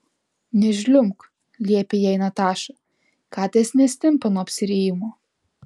nežliumbk liepė jai nataša katės nestimpa nuo apsirijimo